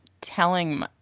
telling